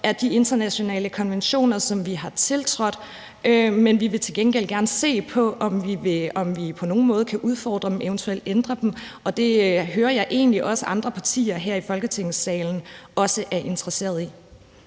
af de internationale konventioner, som vi har tiltrådt, men vi vil til gengæld gerne se på, om vi på nogen måde kan udfordre dem og eventuelt ændre dem. Og det hører jeg egentlig også at andre partier her i Folketingssalen er interesserede i.